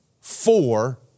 four